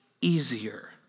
easier